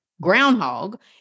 Groundhog